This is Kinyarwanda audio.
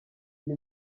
iyi